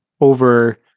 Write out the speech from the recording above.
over